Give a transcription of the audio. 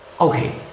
okay